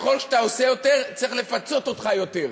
ככל שאתה עושה יותר, צריך לפצות אותך יותר,